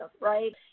right